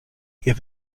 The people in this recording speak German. ihr